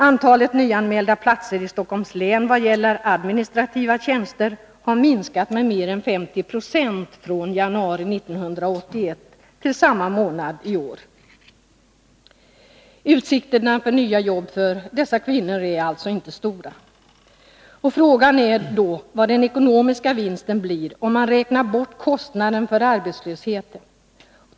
Antalet nyanmälda platser i Stockholms län vad gäller administrativa tjänster har minskat med mer än 50 96 från januari 1981 till samma månad i år. Utsikterna för nya jobb för de kvinnor det gäller är alltså inte stora. Frågan är då vad den ekonomiska vinsten av nedskärningen blir, om man räknar bort kostnaden för arbetslösheten.